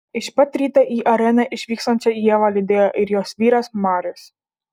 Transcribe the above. iš pat ryto į areną išvykstančią ievą lydėjo ir jos vyras marius